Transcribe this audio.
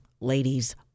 ladies